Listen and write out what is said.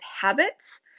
habits